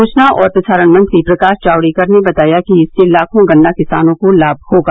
सूचना और प्रसारण मंत्री प्रकाश जावड़ेकर ने बताया कि इससे लाखों गन्ना किसानों को लाभ होगा